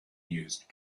used